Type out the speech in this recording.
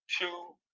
two